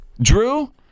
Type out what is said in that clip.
Drew